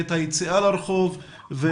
ואת היציאה לרחוב.